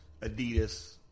Adidas